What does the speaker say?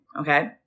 okay